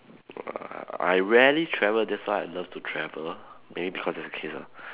uh I rarely travel that's why I love to travel maybe because there's ah